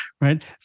right